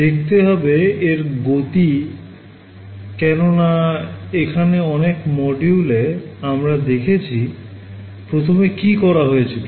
দেখতে হবে এর গতি কেননা এখানে অনেক মডিউলে আমরা দেখেছি প্রথমে কি করা হয়েছিল